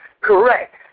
correct